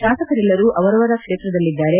ಶಾಸಕರೆಲ್ಲರೂ ಅವರವರ ಕ್ಷೇತ್ರದಲ್ಲಿದ್ದಾರೆ